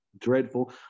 dreadful